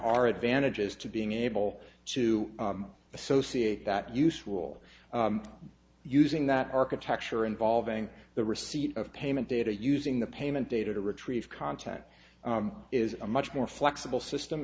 are advantages to being able to associate that useful using that architecture involving the receipt of payment data using the payment data to retrieve content is a much more flexible system